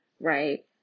right